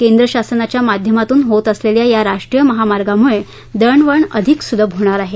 केंद्र शासनाच्या माध्यमातून होत असलेल्या या राष्ट्रीय महामार्गामुळे दळणवळण अधिक सुलभ होणार आहे